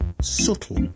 Subtle